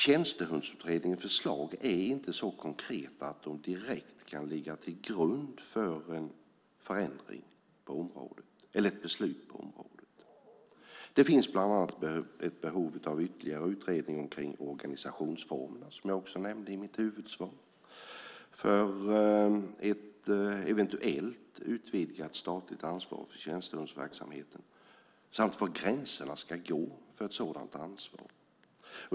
Tjänstehundsutredningens förslag är inte så konkreta att de direkt kan ligga till grund för ett beslut på området. Det finns bland annat ett behov av ytterligare utredning av organisationsformerna, som jag nämnde i mitt huvudsvar, för ett eventuellt utvidgat statligt ansvar för tjänstehundsverksamheten samt för var gränserna ska gå för ett sådant ansvar.